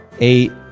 Eight